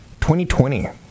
2020